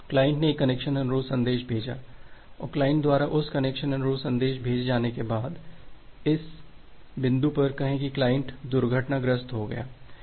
client ने एक connection अनुरोध संदेश भेजा है क्लाइंट द्वारा उस कनेक्शन अनुरोध संदेश भेजे जाने के बाद इस बिंदु पर कहें कि क्लाइंट दुर्घटनाग्रस्त हो गया है